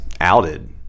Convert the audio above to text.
outed